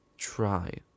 try